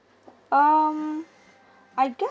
um I guess